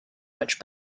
much